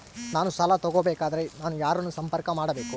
ನಾನು ಸಾಲ ತಗೋಬೇಕಾದರೆ ನಾನು ಯಾರನ್ನು ಸಂಪರ್ಕ ಮಾಡಬೇಕು?